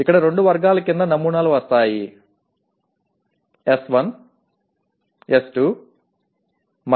ఇక్కడ రెండు వర్గాల క్రింద నమూనాలు వస్తాయి S1 S2 S3